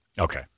Okay